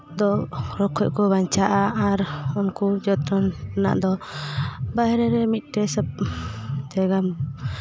ᱫᱚ ᱨᱳᱜ ᱠᱷᱚᱱ ᱠᱚ ᱵᱟᱧᱪᱟᱜᱼᱟ ᱟᱨ ᱩᱱᱠᱩ ᱡᱚᱛᱚᱱ ᱨᱮᱱᱟᱜ ᱫᱚ ᱵᱟᱦᱨᱮ ᱨᱮ ᱢᱤᱫᱴᱮᱱ ᱥᱟᱯ ᱡᱟᱭᱜᱟᱢ